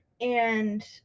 and-